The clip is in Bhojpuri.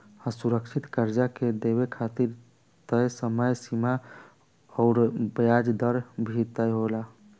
असुरक्षित कर्जा के देवे खातिर तय समय सीमा अउर ब्याज दर भी तय होला